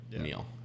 meal